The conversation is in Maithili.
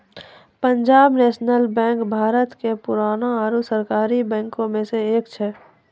पंजाब नेशनल बैंक भारत के पुराना आरु सरकारी बैंको मे से एक छै